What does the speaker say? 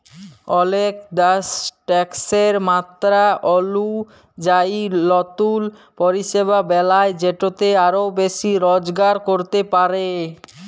অলেক দ্যাশ ট্যাকসের মাত্রা অলুজায়ি লতুল পরিষেবা বেলায় যেটতে আরও বেশি রজগার ক্যরতে পারে